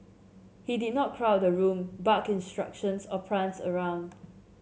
he did not crowd the room bark instructions or prance around